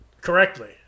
Correctly